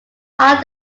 ought